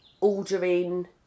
ordering